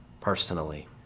personally